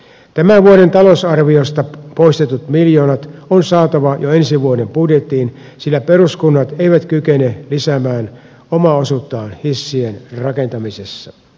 tämän vuoden talousarviosta poistetut miljoonat on saatava jo ensi vuoden budjettiin sillä peruskunnat eivät kykene lisäämään omaa osuuttaan hissien rakentamisessa